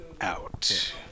out